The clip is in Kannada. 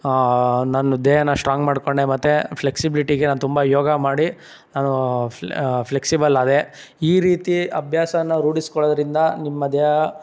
ನನ್ನ ದೇಹನ ಸ್ಟ್ರಾಂಗ್ ಮಾಡಿಕೊಂಡೆ ಮತ್ತು ಫ್ಲೆಕ್ಸಿಬ್ಲಿಟಿಗೆ ನಾನು ತುಂಬ ಯೋಗ ಮಾಡಿ ನಾನು ಫ್ಲೆ ಫ್ಲೆಕ್ಸಿಬಲ್ ಆದೆ ಈ ರೀತಿ ಅಭ್ಯಾಸನ ರೂಢಿಸ್ಕೊಳ್ಳೋದ್ರಿಂದ ನಿಮ್ಮ ದೇಹ